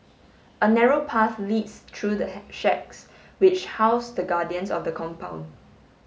a narrow path leads through the shacks which house the guardians of the compound